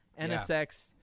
NSX